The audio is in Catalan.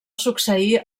succeí